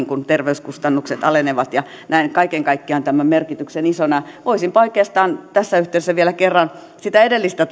kun terveyskustannukset alenevat näen kaiken kaikkiaan tämän merkityksen isona voisinpa oikeastaan tässä yhteydessä vielä kerran sitä edellistä